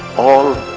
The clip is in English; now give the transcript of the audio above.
all